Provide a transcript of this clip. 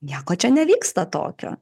nieko čia nevyksta tokio